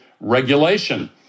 regulation